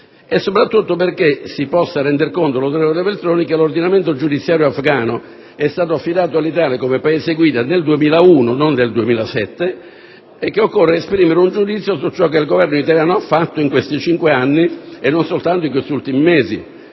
l'onorevole Veltroni si possa rendere conto del fatto che l'ordinamento giudiziario afghano è stato affidato all'Italia, come Paese guida, nel 2001, non nel 2007, e che occorre esprimere un giudizio su ciò che il Governo italiano ha fatto in questi cinque anni e non soltanto in questi ultimi mesi.